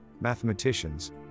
mathematicians